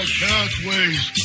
pathways